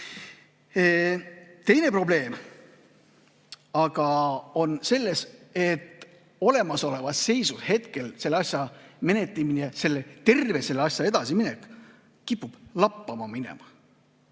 Teine probleem aga on selles, et olemasolevas seisus, hetkel selle asja menetlemine, terve selle asjaga edasiminek kipub lappama minema.